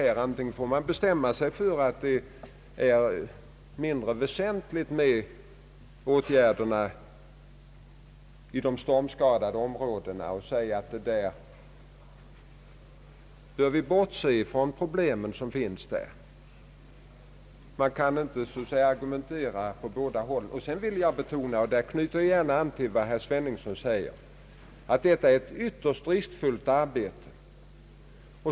Ett alternativ är att man bestämmer sig för att det är mindre väsentligt med åtgärderna i de stormskadade områdena och att vi bör bortse från de problem som finns där. Jag vill betona — och därvid anknyter jag till vad herr Sveningsson säger — att detta är ett ytterst riskfyllt arbete.